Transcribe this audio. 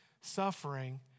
suffering